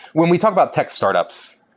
when we talk about tech startups,